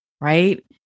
right